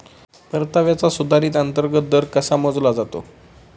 परताव्याचा सुधारित अंतर्गत दर कसा मोजला जातो?